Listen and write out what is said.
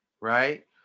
right